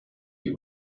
die